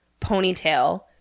Ponytail